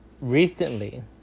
Recently